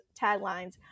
taglines